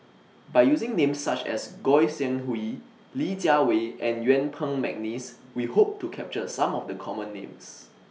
By using Names such as Goi Seng Hui Li Jiawei and Yuen Peng Mcneice We Hope to capture Some of The Common Names